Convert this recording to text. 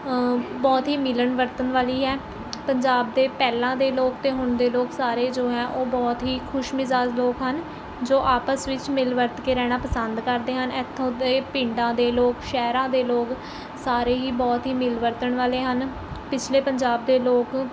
ਬਹੁਤ ਹੀ ਮਿਲਣ ਵਰਤਣ ਵਾਲ਼ੀ ਹੈ ਪੰਜਾਬ ਦੇ ਪਹਿਲਾਂ ਦੇ ਲੋਕ ਅਤੇ ਹੁਣ ਦੇ ਲੋਕ ਸਾਰੇ ਜੋ ਹੈ ਉਹ ਬਹੁਤ ਹੀ ਖੁਸ਼ ਮਿਜ਼ਾਜ ਲੋਕ ਹਨ ਜੋ ਆਪਸ ਵਿੱਚ ਮਿਲ ਵਰਤ ਕੇ ਰਹਿਣਾ ਪਸੰਦ ਕਰਦੇ ਹਨ ਇੱਥੋਂ ਦੇ ਪਿੰਡਾਂ ਦੇ ਲੋਕ ਸ਼ਹਿਰਾਂ ਦੇ ਲੋਕ ਸਾਰੇ ਹੀ ਬਹੁਤ ਹੀ ਮਿਲ ਵਰਤਣ ਵਾਲ਼ੇ ਹਨ ਪਿਛਲੇ ਪੰਜਾਬ ਦੇ ਲੋਕ